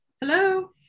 hello